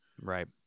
right